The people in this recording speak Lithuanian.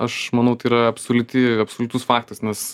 aš manau tai yra absoliuti absoliutus faktas nes